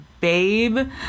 babe